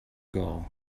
goal